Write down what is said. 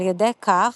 על ידי כך,